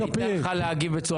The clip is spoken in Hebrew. אתה כבר בנאום.